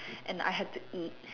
and I had to eat